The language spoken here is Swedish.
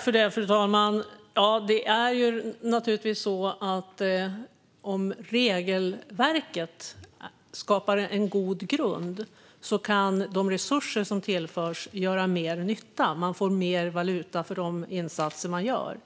Fru talman! Om regelverket skapar en god grund kan naturligtvis de resurser som tillförs göra mer nytta. Man får mer valuta för de insatser man gör.